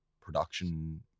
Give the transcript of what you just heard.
production